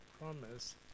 promise